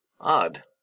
odd